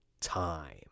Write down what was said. time